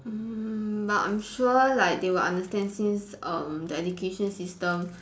mm but I'm sure like they will understand since um the education system